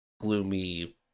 gloomy